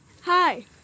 Hi